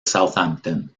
southampton